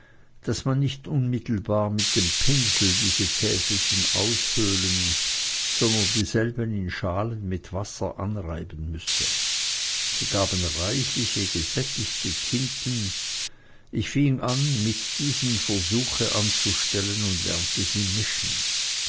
daß man nicht unmittelbar mit dem pinsel diese täfelchen aushöhlen sondern die selben in schalen mit wasser anreiben müsse sie gaben reichliche gesättigte tinten ich fing an mit diesen versuche anzustellen und lernte sie mischen